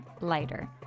lighter